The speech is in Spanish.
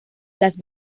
las